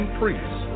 priests